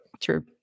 True